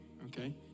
Okay